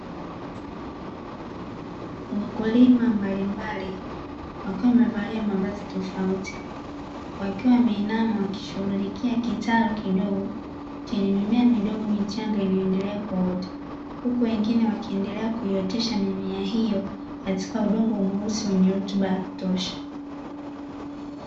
Wakulima mbalimbali wakiwa wamevalia mavazi tofauti, wakiwa wameinama wakishughulikia kitalu kidogo chenye mimea midogo michanga inaendelea kuota. Huku wengine wakiendelea kuiotesha mimea hiyo katika udongo mweusi mwenye rutuba ya kutosha.